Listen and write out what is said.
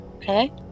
Okay